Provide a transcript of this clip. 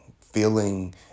feeling